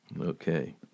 Okay